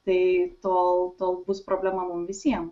tai tol tol bus problema mum visiem